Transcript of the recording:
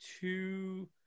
two